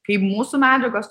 kaip mūsų medžiagos